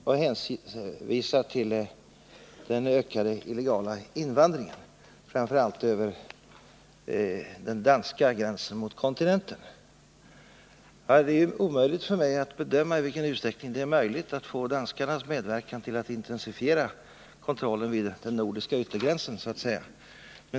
Hon hänvisar till den ökade illegala invandringen, framför allt över den danska gränsen mot kontinenten. Det är omöjligt för mig att bedöma i vilken utsträckning det är möjligt att få danskarnas medverkan till att intensifiera kontrollen vid den nordiska yttergränsen så att säga.